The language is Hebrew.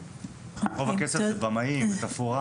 רוב הכסף זה במאים, זה תפאורה.